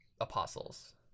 apostles